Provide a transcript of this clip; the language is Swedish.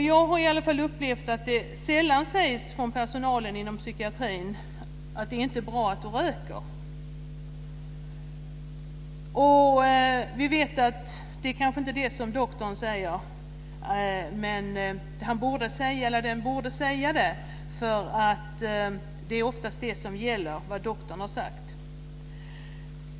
Jag har upplevt att det från personalen inom psykiatrin sällan sägs: Det är inte bra att du röker. Det är kanske inte vad doktorn säger men han eller hon borde säga det. Vad doktorn har sagt är ju oftast det som gäller.